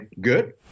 good